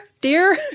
Dear